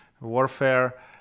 warfare